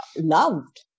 loved